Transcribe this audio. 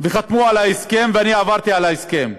וחתמו על ההסכם, ואני עברתי על ההסכם: